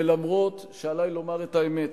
ואף שעלי לומר את האמת,